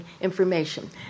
information